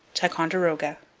ticonderoga,